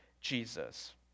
Jesus